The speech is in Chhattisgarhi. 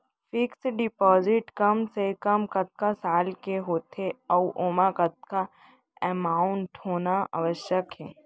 फिक्स डिपोजिट कम से कम कतका साल के होथे ऊ ओमा कतका अमाउंट होना आवश्यक हे?